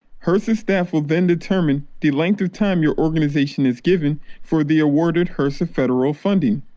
hrsa staff will then determine the length of time your organization is given for the awarded hrsa federal funding.